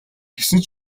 гэсэн